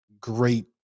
great